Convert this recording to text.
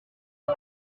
est